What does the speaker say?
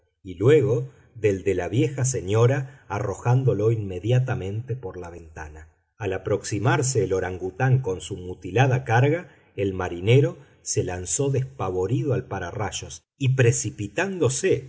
y luego del de la vieja señora arrojándolo inmediatamente por la ventana al aproximarse el orangután con su mutilada carga el marinero se lanzó despavorido al pararrayos y precipitándose